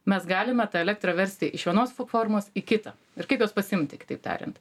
mes galime tą elektrą versti iš vienos formos į kitą ir kaip juos pasiimti kitaip tariant